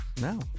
No